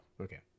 Okay